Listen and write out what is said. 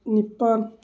ꯅꯤꯄꯥꯜ